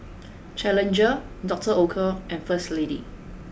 challenger Doctor Oetker and First Lady